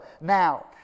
now